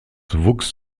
wuchs